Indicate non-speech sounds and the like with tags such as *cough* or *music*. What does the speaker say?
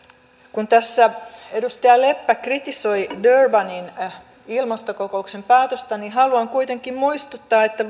kun tässä edustaja leppä kritisoi durbanin ilmastokokouksen päätöstä niin haluan kuitenkin muistuttaa että *unintelligible*